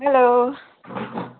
hello